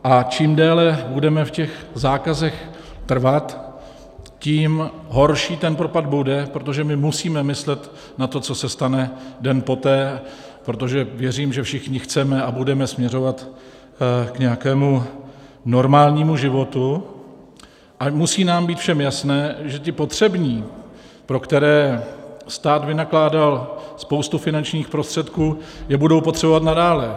A čím déle budeme v těch zákazech trvat, tím horší ten propad bude, protože my musíme myslet na to, co se stane den poté, protože věřím, že všichni chceme a budeme směřovat k nějakému normálnímu životu, a musí nám být všem jasné, že ty potřební, pro které stát vynakládal spoustu finančních prostředků, je budou potřebovat nadále.